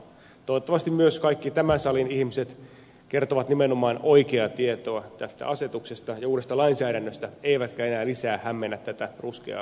toivottavasti myös kaikki tämän salin ihmiset kertovat nimenomaan oikeaa tietoa tästä asetuksesta ja uudesta lainsäädännöstä eivätkä enää lisää hämmennä tätä ruskeaa jätevesisoppaa